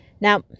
now